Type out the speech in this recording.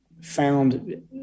found